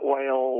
oil